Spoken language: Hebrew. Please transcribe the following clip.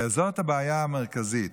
וזו הבעיה המרכזית.